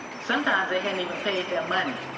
sometimes they hadn't even paid their money